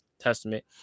testament